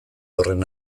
horren